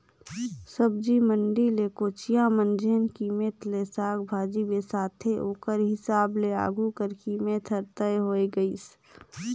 सब्जी मंडी ले कोचिया मन जेन कीमेत ले साग भाजी बिसाथे ओकर हिसाब ले आघु कर कीमेत हर तय होए गइस